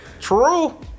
true